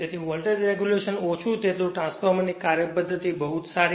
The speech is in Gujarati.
તેથી વોલ્ટેજ રેગ્યુલેશન ઓછું તેટલું ટ્રાન્સફોર્મરની કાર્યપધ્ધતી બહુ જ સારી